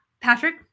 Patrick